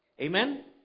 Amen